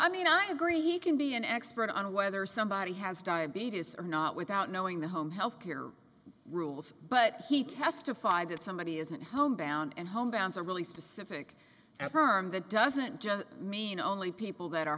i mean i agree he can be an expert on whether somebody has diabetes or not without knowing the home health care rules but he testified that somebody isn't home bound and home towns are really specific at herm that doesn't just mean only people that are